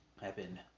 happen